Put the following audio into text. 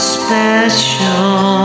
special